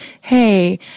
Hey